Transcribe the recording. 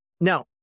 Now